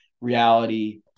reality